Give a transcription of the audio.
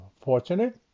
fortunate